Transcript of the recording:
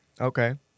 Okay